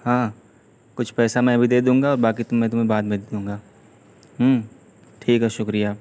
ہاں کچھ پیسہ میں ابھی دے دوں گا باقی تمہیں میں بعد میں دے دوں گا ہوں ٹھیک ہے شکریہ